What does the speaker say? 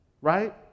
right